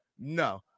No